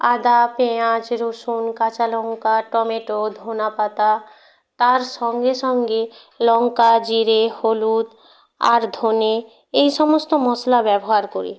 আদা পেঁয়াজ রসুন কাঁচা লঙ্কা টমেটো ধনে পাতা তার সঙ্গে সঙ্গে লঙ্কা জিরে হলুদ আর ধনে এই সমস্ত মশলা ব্যবহার করি